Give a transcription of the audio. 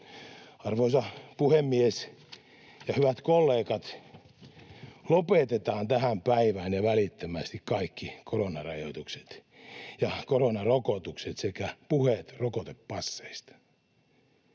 Arvoisa puhemies ja hyvät kollegat, lopetetaan tähän päivään ja välittömästi kaikki koronarajoitukset ja koronarokotukset sekä puheet rokotepasseista.